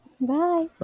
Bye